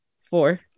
four